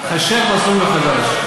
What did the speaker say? חשב מסלול מחדש.